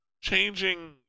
changing